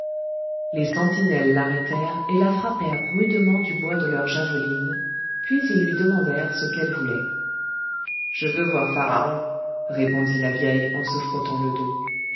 les sentinelles l'arrêtèrent et la frappèrent rudement du bois de leurs javelines puis ils lui demandèrent ce qu'elle voulait je veux voir pharaon répondit la vieille en se frottant le dos